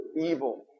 evil